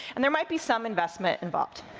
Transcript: and there might be some investment involved,